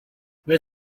where